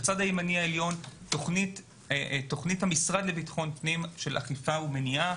בצד הימני העליון תוכנית המשרד לביטחון פנים של אכיפה ומניעה.